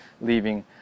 leaving